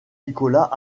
nicolas